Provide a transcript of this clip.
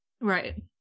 Right